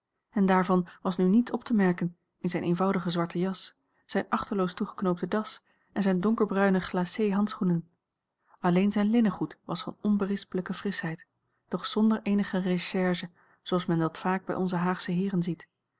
en daarvan was nu niets op te merken in zijne eenvoudige zwarte jas zijne achteloos toegeknoopte das en zijne donkerbruine glacé handschoenen alleen zijn linnengoed was van onberispelijke frischheid doch zonder eenige recherche zooals men dat vaak bij onze haagsche heeren ziet